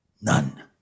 None